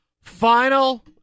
Final